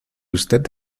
usted